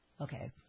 okay